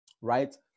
right